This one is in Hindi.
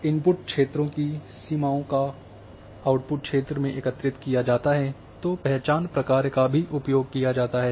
इनपुट क्षेत्रों की सीमाओं को आउटपुट क्षेत्र में एकत्रित किया जाता है तो पहचान प्रकार्यों का भी उपयोग किया जाता है